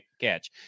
catch